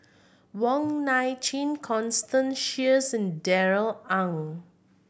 Wong Nai Chin Constance Sheares Darrell Ang